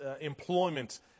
employment